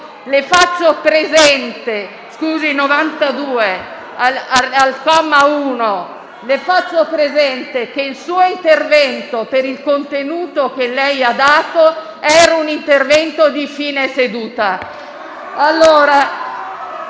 le faccio presente che il suo intervento, per il contenuto che lei ha dato, era un intervento di fine seduta.